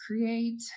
create